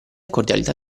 cordialità